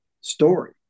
story